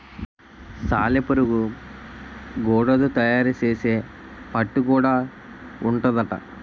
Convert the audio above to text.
సాలెపురుగు గూడడు తయారు సేసే పట్టు గూడా ఉంటాదట